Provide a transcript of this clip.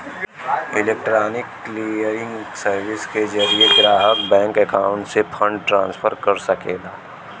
electronic clearing services के जरिये ग्राहक बैंक अकाउंट से फंड ट्रांसफर कर सकला